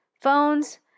phones